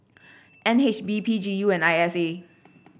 N H B P G U and I S A